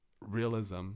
realism